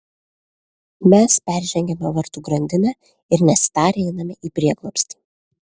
mes peržengiame vartų grandinę ir nesitarę einame į prieglobstį